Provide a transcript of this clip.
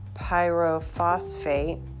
pyrophosphate